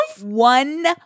one